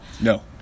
No